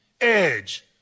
Edge